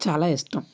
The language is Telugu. చాలా ఇష్టం